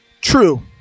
true